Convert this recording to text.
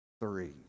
Three